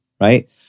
right